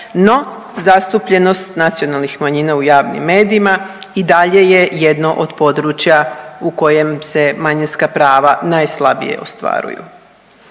no zastupljenost nacionalnih manjina u javnim medijima i dalje je jedno od područja u kojem se manjinska prava najslabije ostvaruju.